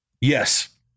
Yes